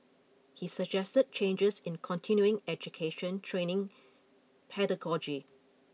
he suggested changes in continuing education training pedagogy